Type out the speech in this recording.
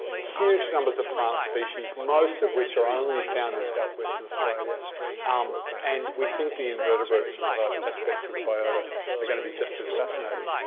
huge numbers of plant species, most of which are only found in south-western australia um and we think the invertebrates and other aspects of the biota are going to be just as fascinating.